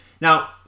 Now